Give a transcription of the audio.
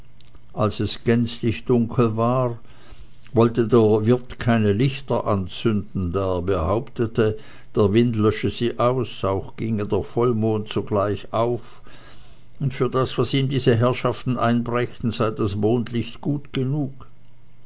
als es gänzlich dunkel war wollte der wirt keine lichter anzünden da er behauptete der wind lösche sie aus auch ginge der vollmond sogleich auf und für das was ihm diese herrschaften einbrächten sei das mondlicht gut genug